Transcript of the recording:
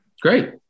Great